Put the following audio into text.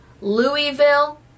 louisville